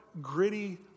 gritty